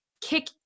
kick